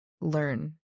learn